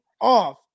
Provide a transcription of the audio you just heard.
off